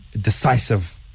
decisive